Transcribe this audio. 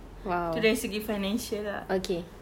!wow! okay